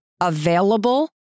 available